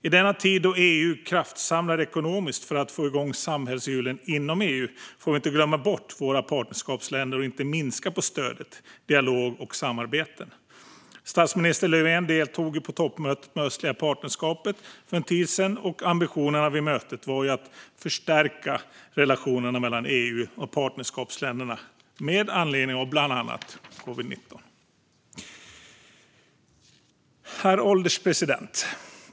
I denna tid då EU kraftsamlar ekonomiskt för att få igång samhällshjulen inom EU får vi inte glömma bort våra partnerskapsländer och inte minska på stöd, dialog och samarbeten. Statsminister Löfven deltog på toppmötet med det östliga partnerskapet för en tid sedan, och ambitionen vid mötet var att förstärka relationerna mellan EU och partnerskapsländerna med anledning av bland annat covid-19. Herr ålderspresident!